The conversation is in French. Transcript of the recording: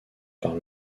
par